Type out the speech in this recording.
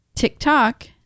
TikTok